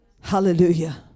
Hallelujah